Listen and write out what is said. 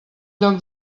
lloc